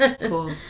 Cool